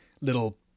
little